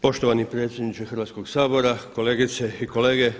Poštovani predsjedniče Hrvatskog sabora, kolegice i kolege.